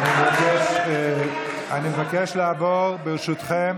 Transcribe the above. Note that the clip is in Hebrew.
אני מבקש לעבור ברשותכם